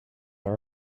are